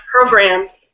programmed